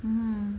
mm